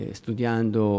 studiando